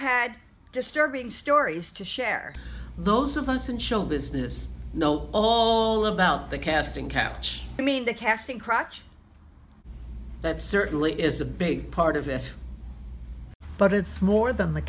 had disturbed stories to share those of us in show business no oh no doubt the casting couch i mean the casting crotch that certainly is a big part of this but it's more than the